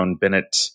bennett